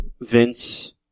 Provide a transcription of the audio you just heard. Vince